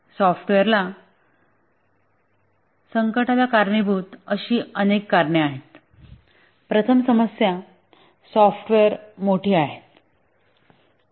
software संकटाला कारणीभूत अशी अनेक कारणे आहेत प्रथम समस्या सॉफ्टवेअर मोठी आहे